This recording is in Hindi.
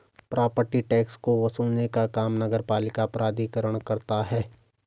प्रॉपर्टी टैक्स को वसूलने का काम नगरपालिका प्राधिकरण करता है